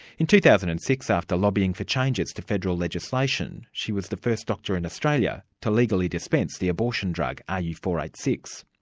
in two thousand and six, after lobbying for changes to federal legislation, she was the first doctor in australia to legally dispense the abortion drug r u four eight six.